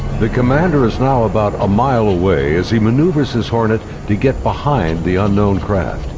the commander is now about a mile away as he maneuvers his hornet to get behind the unknown craft.